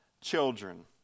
children